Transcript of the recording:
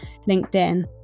LinkedIn